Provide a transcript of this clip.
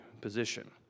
position